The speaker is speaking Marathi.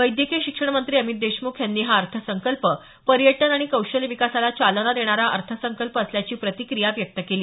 वैद्यकीय शिक्षण मंत्री अमित देशमुख यांनी हा अर्थसंकल्प पर्यटन आणि कौशल्य विकासाला चालना देणारा अर्थसंकल्प असल्याची प्रतिक्रिया व्यक्त केली